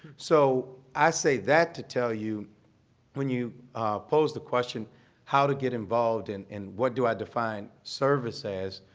so i say that to tell you when you pose the question how to get involved and and what do i define service as,